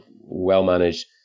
well-managed